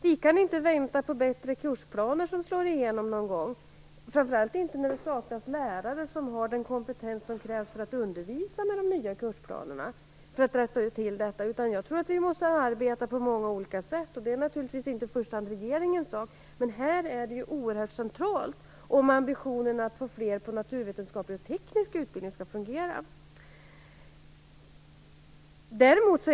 Vi kan inte vänta på att det skall rättas till genom bättre kursplaner som skall införas någon gång, framför allt inte eftersom det saknas lärare som har den kompetens som krävs för att undervisa med de nya kursplanerna. Jag tror att vi måste arbeta på många olika sätt. Naturligtvis är det inte i första hand regeringens sak, men om ambitionerna att få fler sökande till naturvetenskapliga och tekniska utbildningar skall uppfyllas är detta oerhört centralt.